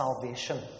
salvation